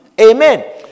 Amen